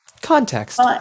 Context